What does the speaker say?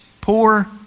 poor